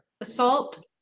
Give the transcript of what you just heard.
Assault